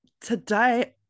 today